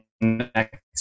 next